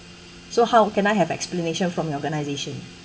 so how can I have explanation from your organisation